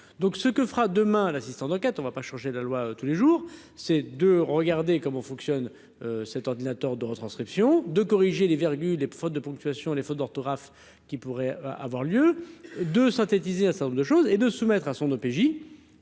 donc ce que fera demain l'assistant d'enquête on ne va pas changer de loi tous les jours, c'est de regarder comment fonctionne cet ordinateur de retranscription de corriger les les fautes de ponctuation, les fautes d'orthographe qui pourrait avoir lieu de synthétiser à Saint-nombre de choses et de soumettre à son OPJ